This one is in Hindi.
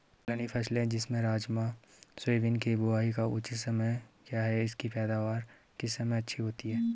दलहनी फसलें जैसे राजमा सोयाबीन के बुआई का उचित समय क्या है इसकी पैदावार किस समय अच्छी होती है?